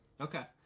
Okay